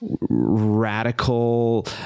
radical